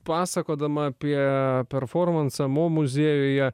pasakodama apie performansą mo muziejuje